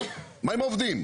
עם העובדים?